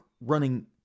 running